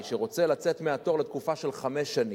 שרוצה לצאת מהתור לתקופה של חמש שנים,